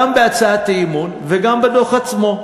גם בהצעת האי-אמון וגם בדוח עצמו.